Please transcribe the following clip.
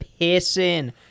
pissing